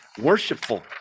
Worshipful